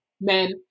men